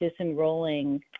disenrolling